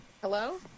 Hello